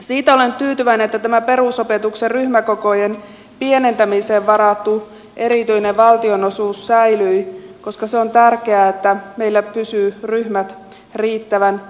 siitä olen tyytyväinen että tämä perusopetuksen ryhmäkokojen pienentämiseen varattu erityinen valtionosuus säilyi koska se on tärkeää että meillä pysyvät ryhmät riittävän pieninä